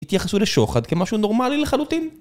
התייחסו לשוחד כמשהו נורמלי לחלוטין?